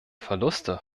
verluste